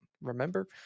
remember